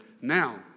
Now